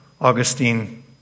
Augustine